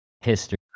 history